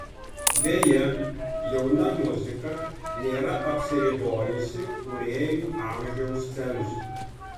beje jauna muzika nėra apsiribojusi kūrėjų amžiaus cenzu